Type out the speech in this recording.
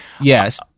Yes